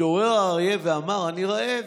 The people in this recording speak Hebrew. התעורר אריה ואמר: אני רעב,